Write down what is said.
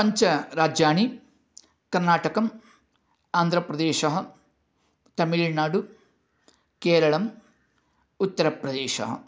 पञ्चराज्याणि कर्नाटकम् आन्ध्रप्रदेशः तमिलनाडु केरळम् उत्तरप्रदेशः